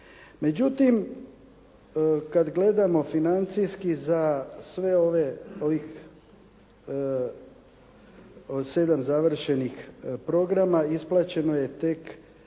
Međutim, kada gledamo financijski ove sedam završenih programa, isplaćeno je tek